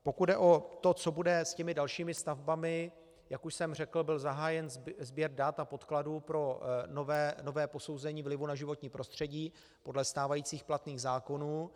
Pokud jde o to, co bude s těmi dalšími stavbami, jak už jsem řekl, byl zahájen sběr dat a podkladů pro nové posouzení vlivu na životní prostředí podle stávajících platných zákonů.